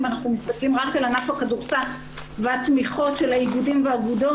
אם אנחנו מסתכלים רק על ענף הכדורסל והתמיכות של האיגודים והאגודות